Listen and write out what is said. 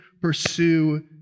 pursue